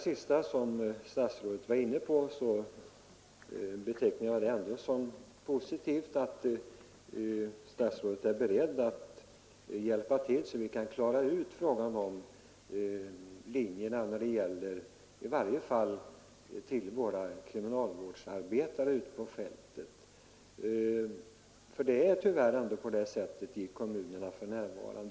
Jag betecknar det ändå som positivt att statsrådet nu är beredd att hjälpa till så att vi kan klara ut linjerna i varje fall för våra kriminalvårdsarbetare ute på fältet.